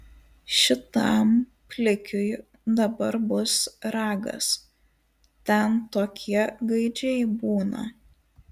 šitam plikiui dabar bus ragas ten tokie gaidžiai būna